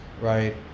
right